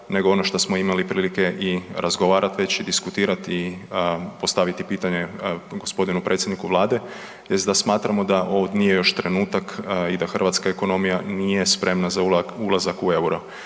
nego ono što smo imali prilike i razgovarati već i diskutirati, postaviti pitanje gospodinu predsjedniku Vlade jest da smatramo dao ovo nije još trenutak i da hrvatska ekonomija nije spremna za ulazak u euro.